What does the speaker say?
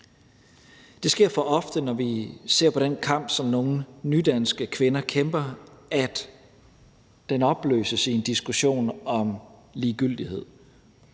Det sker for ofte, når vi ser på den kamp, som nogle nydanske kvinder kæmper, at den opløses i en diskussion om ligegyldighed.